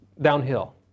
downhill